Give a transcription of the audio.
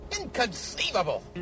Inconceivable